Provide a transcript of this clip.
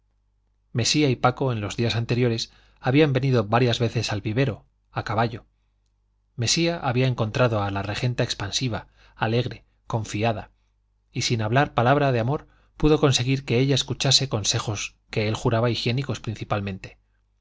mesía y paco en los días anteriores habían venido varias veces al vivero a caballo mesía había encontrado a la regenta expansiva alegre confiada y sin hablar palabra de amor pudo conseguir que ella escuchase consejos que él juraba higiénicos principalmente